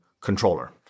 controller